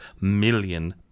million